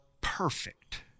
perfect